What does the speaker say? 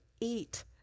eat